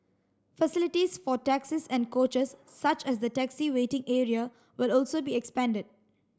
facilities for taxis and coaches such as the taxi waiting area will also be expanded